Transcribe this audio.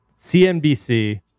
CNBC